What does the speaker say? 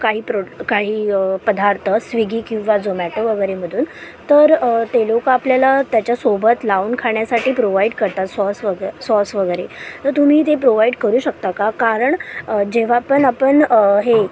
काही प्रो काही पदार्थ स्विगी किंवा झोम्याटो वगैरे मधून तर ते लोकं आपल्याला त्याच्यासोबत लावून खाण्यासाठी प्रोवाइड करतात सॉस वगै सॉस वगैरे तर तुम्ही ते प्रोवाइड करू शकता का कारण जेव्हा पण आपण हे